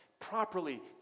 properly